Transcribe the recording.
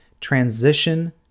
Transition